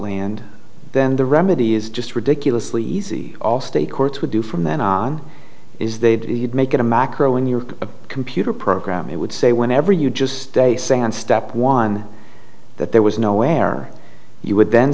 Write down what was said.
land then the remedy is just ridiculously easy all state courts would do from then on is they'd make it a macro in your computer program it would say whenever you just day sand step one that there was no where you would then